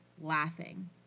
laughing